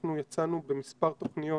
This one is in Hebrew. אנחנו יצאנו במספר תוכניות,